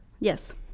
Yes